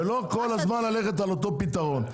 ולא כל הזמן ללכת על אותו פתרון.